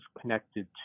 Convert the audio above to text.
connected